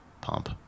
Pump